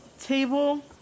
table